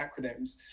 acronyms